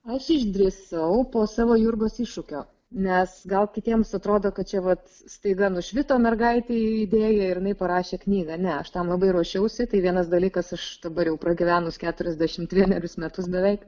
aš išdrįsau po savo jurgos iššūkio nes gal kitiems atrodo kad čia vat staiga nušvito mergaitei idėja ir jinai parašė knygą ne aš tam labai ruošiausi tai vienas dalykas aš dabar jau pragyvenus keturiasdešimt vienerius metus beveik